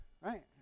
right